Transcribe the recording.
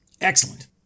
Excellent